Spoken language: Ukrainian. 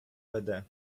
веде